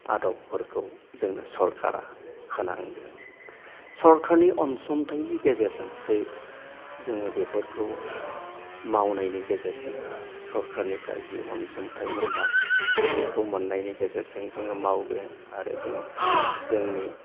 आदबफोरखौ जोंनो सरखारा होनांगोन सरखारनि अनसुंथाइनि गेजेरजोंसो जोङो बेफोरखौ मावनायनि गेजेरजों सरखारनिफ्राय जि अनसुंथाय मोनबाय बेखौ मोननायनि गेजेरजों जोङो मावगोन आरो जों जोंनि